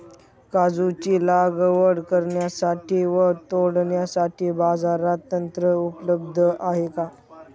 काजूची लागवड करण्यासाठी व तोडण्यासाठी बाजारात यंत्र उपलब्ध आहे का?